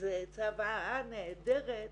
זו צוואה נהדרת